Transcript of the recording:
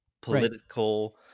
political